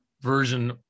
version